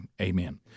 Amen